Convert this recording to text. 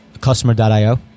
Customer.io